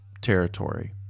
territory